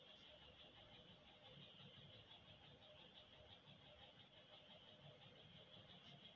గన్నేరు పొదను దూలగుండా అని కూడా పిలుత్తారని నాకీమద్దెనే తెలిసింది